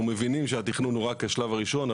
אנחנו מבינים שהתכנון הוא רק השלב הראשון,